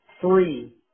Three